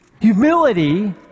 Humility